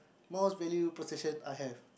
most valued possession I have